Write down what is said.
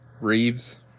Reeves